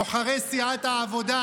בוחרי סיעת העבודה,